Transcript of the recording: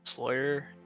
Employer